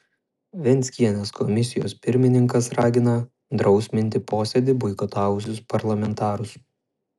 venckienės komisijos pirmininkas ragina drausminti posėdį boikotavusius parlamentarus